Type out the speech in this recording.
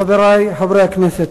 חברי חברי הכנסת,